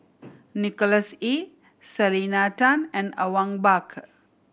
Nicholas Ee Selena Tan and Awang Bakar